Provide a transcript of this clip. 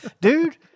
Dude